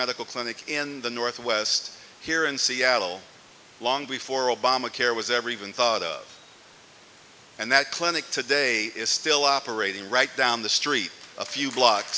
medical clinic in the northwest here in seattle long before obamacare was ever even thought of and that clinic today is still operating right down the street a few blocks